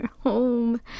home